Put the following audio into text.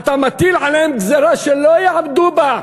אתה מטיל עליהן גזירה שלא יעמדו בה.